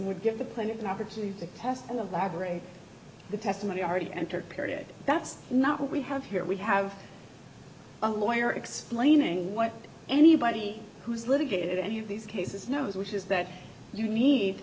would give the planet an opportunity to test all of my brain the testimony already entered period that's not what we have here we have a lawyer explaining what anybody who's litigated any of these cases knows which is that you need